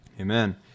Amen